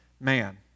man